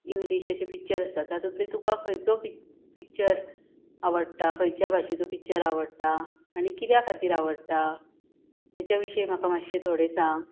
English अशे picture आसा तातुंलो तुका खंयचो पिक पिक्चर आवडटा खंयच्या भाशेचो पिक्चर आवडटा आनी कित्या खातीर आवडटा हाच्या विशीं म्हाका मातशें थोडे सांग